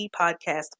podcast